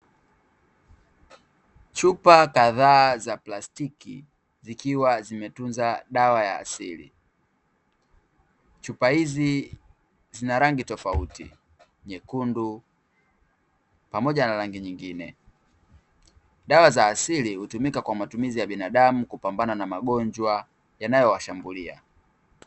Chupa kadhaa za plastiki zikiwa zimetunza dawa ya asili, chupa hizi zina rangi tofauti nyekundu pamoja na rangi nyingine, dawa za asili hutumika kwa matumizi ya binadamu kupambana na magonjwa yanayowashambulia.